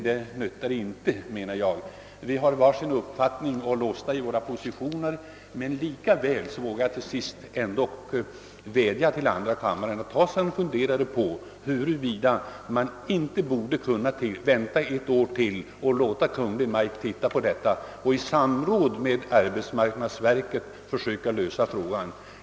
Det tjänar ingenting till eftersom vi har varsin uppfattning och är låsta i våra positioner. Ändå vågar jag till sist vädja till andra kammaren att ta sig en funderare, om man inte kunde vänta ett år med denna sak och låta Kungl. Maj:t i samråd med arbetsmarknadsverket försöka lösa frågan.